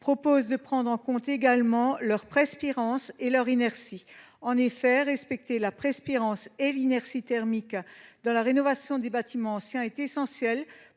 objet de tenir compte également de leur perspirance et de leur inertie. En effet, respecter la perspirance et l’inertie thermique dans la rénovation des bâtiments anciens est essentiel